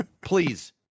Please